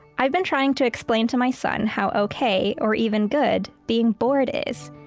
i've been trying to explain to my son how ok or even good being bored is,